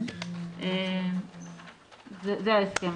זה ההסכם.